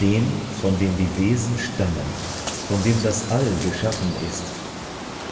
den von dem die wesen stammen von dem das all geschaffen ist